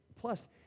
plus